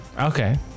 Okay